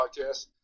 podcast